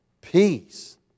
peace